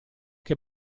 che